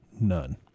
none